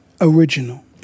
original